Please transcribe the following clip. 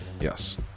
Yes